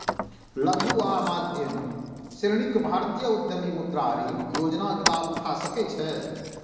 लघु आ मध्यम श्रेणीक भारतीय उद्यमी मुद्रा ऋण योजनाक लाभ उठा सकै छै